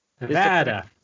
nevada